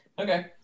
Okay